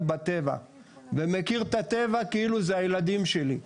בטבע ומכיר את הטבע כאילו זה הילדים שלי.